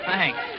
Thanks